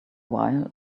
while